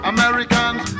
Americans